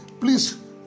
Please